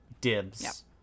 Dibs